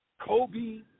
Kobe